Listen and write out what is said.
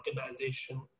organization